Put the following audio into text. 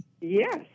Yes